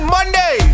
Monday